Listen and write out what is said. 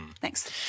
Thanks